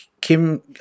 Kim